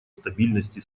стабильности